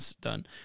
done